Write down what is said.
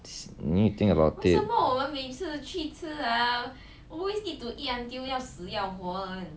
you need to think about it